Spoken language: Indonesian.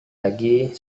lagi